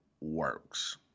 works